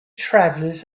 travelers